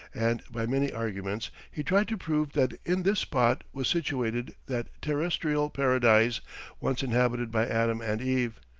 and by many arguments he tried to prove that in this spot was situated that terrestrial paradise once inhabited by adam and eve,